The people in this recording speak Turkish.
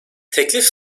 teklif